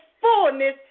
fullness